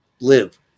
live